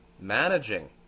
Managing